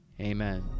Amen